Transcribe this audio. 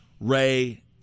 Ray